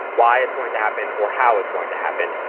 why it's going to happen or how it's going to happen.